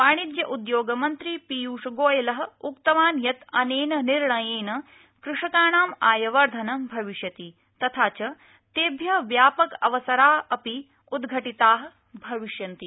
वाणिज्योद्योगमन्त्री पीयूषगोयल उक्तवान् अनेन निर्णयेन कृषकाणाम् आयवर्धनं भविष्यति तथा च तेभ्य व्यापकावसरा अपि उद्घटिता भविष्यन्ति